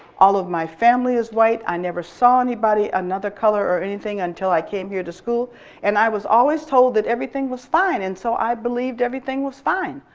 all of my family is white, i never saw anybody of another color or anything until i came here to school and i was always told that everything was fine, and so i believed everything was fine.